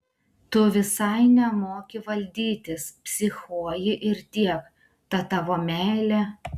tu visai nemoki valdytis psichuoji ir tiek ta tavo meilė